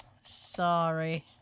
Sorry